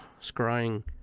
scrying